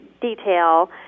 detail